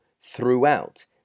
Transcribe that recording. throughout